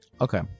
okay